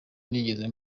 nigeze